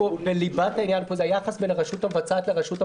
ליבת העניין פה זה היחס בין הרשות המבצעת לרשות המחוקקת,